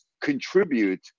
contribute